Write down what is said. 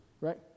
right